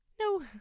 No